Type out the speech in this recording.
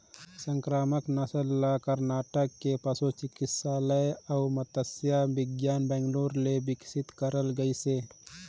संकरामक नसल ल करनाटक के पसु चिकित्सा अउ मत्स्य बिग्यान बैंगलोर ले बिकसित करल गइसे